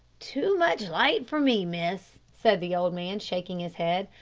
too much light for me, miss, said the old man, shaking his head.